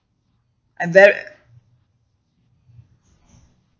and very